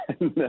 No